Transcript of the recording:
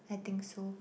I think so